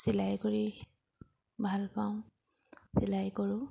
চিলাই কৰি ভালপাওঁ চিলাই কৰোঁ